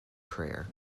prayer